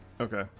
Okay